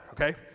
okay